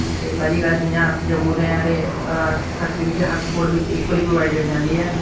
ते पैह्ली गल्ल जि'यां अस जम्मू दे ऐं ते फैसिलिटी ते हर स्पोर्ट बिच इक्वली प्रोवाइड करी जंदी ऐ